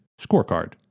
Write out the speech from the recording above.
scorecard